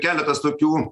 keletas tokių